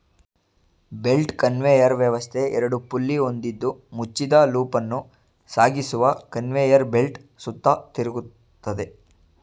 belt conveyor ವ್ಯವಸ್ಥೆ ಎರಡು pulley ಹೊಂದಿದ್ದು ಮುಚ್ಚಿದ ಲೂಪನ್ನು ಸಾಗಿಸುವ ಕನ್ವೇಯರ್ ಬೆಲ್ಟ್ ಸುತ್ತ ತಿರುಗ್ತದೆ